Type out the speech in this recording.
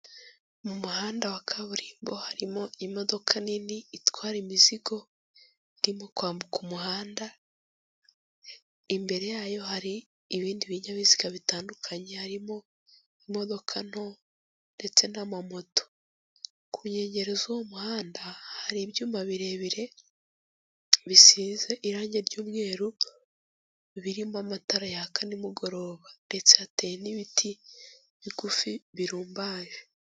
Mu muhanda wa kaburimbo harimo imodoka nini itwara imizigo, irimo kwambuka umuhanda, imbere yayo hari ibindi binyabiziga bitandukanye harimo imodoka nto ndetse n'amamoto. Ku nkengero z'uwo muhanda hari ibyuma birebire bisize irangi ry'umweru birimo amatara yaka nimugoroba ndetse hateye n'ibiti bigufi birumbaraje.